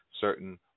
certain